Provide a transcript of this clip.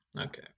Okay